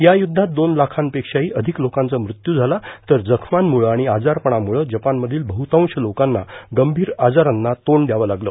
या युद्धात दोन लाखपिषाही अधिक लोकांचा मृत्यू झाला तर जखमांमुळं आणि आजारपणामुळं जपानमधील बहुतांश लोकांना गंभीर आजारांना तोंड याव लागलं